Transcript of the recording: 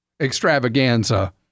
extravaganza